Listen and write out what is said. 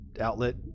outlet